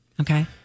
Okay